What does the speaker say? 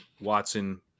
Watson